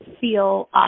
feel